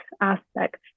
aspects